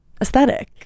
aesthetic